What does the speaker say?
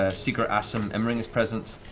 ah seeker asum emring is present.